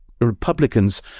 Republicans